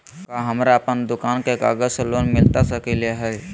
का हमरा के अपन दुकान के कागज से लोन मिलता सकली हई?